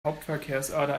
hauptverkehrsader